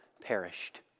perished